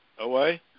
away